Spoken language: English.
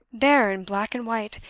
there, in black and white,